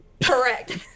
Correct